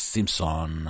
Simpson